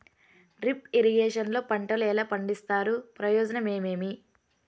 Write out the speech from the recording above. Drip irrigation లో పంటలు ఎలా పండిస్తారు ప్రయోజనం ఏమేమి?